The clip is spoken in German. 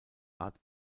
art